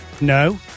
No